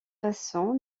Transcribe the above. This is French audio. façons